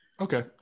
Okay